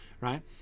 Right